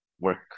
work